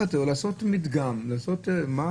מדגם שיראה